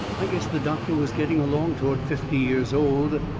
i guess the doctor was getting along toward fifty years old.